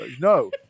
No